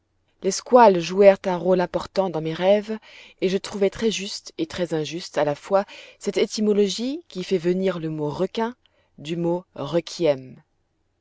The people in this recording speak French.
les squales jouèrent un rôle important dans mes rêves et je trouvai très juste et très injuste à la fois cette étymologie qui fait venir le mot requin du mot requiem